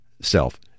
self